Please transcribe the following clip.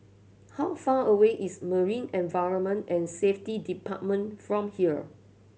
how far away is Marine Environment and Safety Department from here